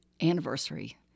anniversary